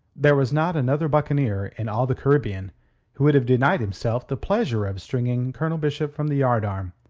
there was not another buccaneer in all the caribbean who would have denied himself the pleasure of stringing colonel bishop from the yardarm,